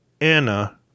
anna